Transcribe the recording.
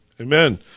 Amen